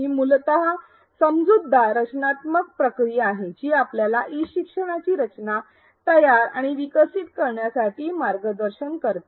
ही मूलत समजूतदार रचनात्मक प्रक्रिया आहे जी आम्हाला ई शिक्षणाची रचना तयार आणि विकसित करण्यासाठी मार्गदर्शन करते